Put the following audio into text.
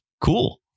Cool